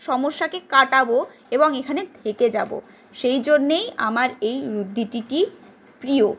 সমস্যাকে কাটাবো এবং এখানে থেকে যাব সেই জন্যেই আমার এই উদ্ধৃতিটি প্রিয়